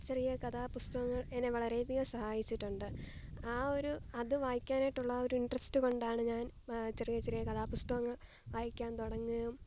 ചെറിയ കഥാപുസ്തകങ്ങള് എന്നെ വളരെയധികം സഹായിച്ചിട്ടുണ്ട് ആ ഒരു അത് വായിക്കാനായിട്ടുള്ള ആ ഒരു ഇന്ട്രസ്റ്റ് കൊണ്ടാണ് ഞാന് ചെറിയ ചെറിയ കഥാപുസ്തകങ്ങള് വായിക്കാന് തുടങ്ങിയതും